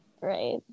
Right